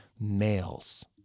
males